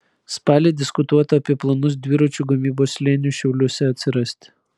spalį diskutuota apie planus dviračių gamybos slėniui šiauliuose atsirasti